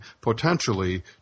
potentially